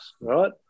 right